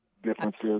differences